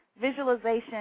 visualization